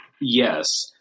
yes